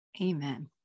Amen